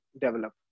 develop